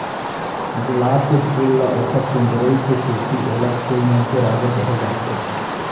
गुलाब के फूल ल ओकर सुंदरई के सेती ओला फूल मन के राजा कहे जाथे